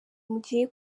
mugiye